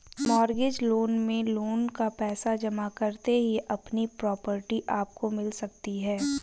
mortgage loan में loan का पैसा जमा करते ही अपनी प्रॉपर्टी आपको मिल सकती है